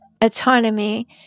autonomy